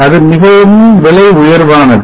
அது மிகவும் விலை உயர்வானது